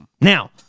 Now